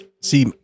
See